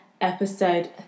episode